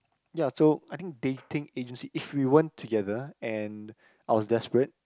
ya so I think dating agency if we weren't together and I was desperate